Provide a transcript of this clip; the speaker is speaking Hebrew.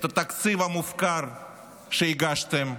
את התקציב המופקר שהגשתם,